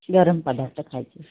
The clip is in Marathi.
गरम पदार्थ खायचं